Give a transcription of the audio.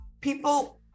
people